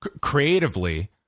Creatively